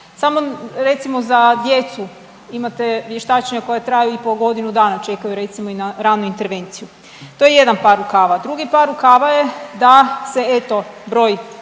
samo recimo za djecu, imate vještačenja koja traju i po godinu dana, čekaju recimo i na ranu intervenciju. To je jedan par rukama. Drugi par rukava je da se eto, broj